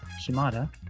Shimada